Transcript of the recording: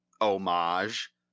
homage